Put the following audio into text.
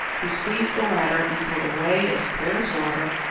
he squeezed the latter until the whey, as clear as water,